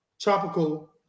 tropical